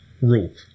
rules